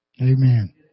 Amen